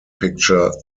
picture